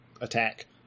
attack